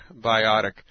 Biotic